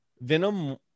Venom